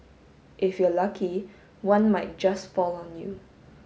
if you're lucky one might just fall on you